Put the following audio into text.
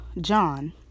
John